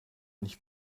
nicht